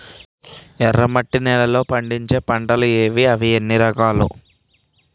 ఎర్రమట్టి నేలలో పండించే పంటలు ఏవి? అవి ఎన్ని రకాలు?